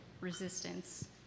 resistance